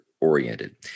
oriented